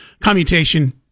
commutation